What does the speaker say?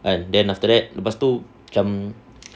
and then after that macam